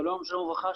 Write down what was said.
שלום וברכה.